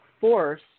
force